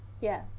Yes